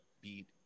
beat